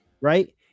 right